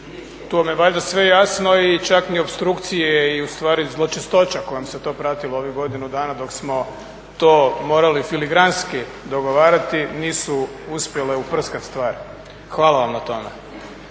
To vam je valjda sve jasno i čak ni opstrukcije i ustvari zločestoća kojom se to pratilo ovih godinu dana dok smo to morali filigranski dogovarati nisu uspjele uprskati stvar. Hvala vam na tome.